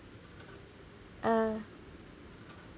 uh